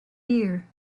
year